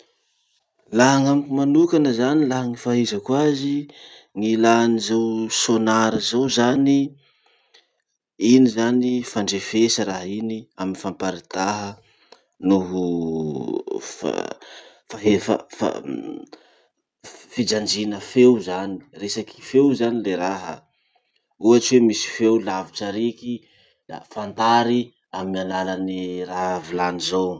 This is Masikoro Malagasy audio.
Laha gn'amiko manoka zany laha gny fahaizako azy, gn'ilà any zao sonary zao zany. Iny zany fandrefesa raha iny amy famparitaha noho fahefa- fa- fijanjina feo zany. Resaky feo zany le raha. Ohatsy hoe misy feo lavitsy ariky, da fantaray amin'ny alalan'ny raha volany zao.